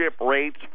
rates